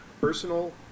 personal